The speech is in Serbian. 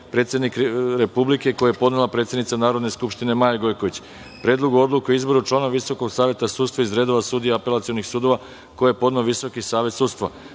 predsednik Republike, koji je podnela predsednica Narodne skupštine Maja Gojković; Predlogu odluke o izboru člana Visokog saveta sudstva iz redova sudija apelacionih sudova, koje je podneo Visoki savet sudstva;